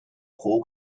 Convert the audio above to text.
pro